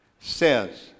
says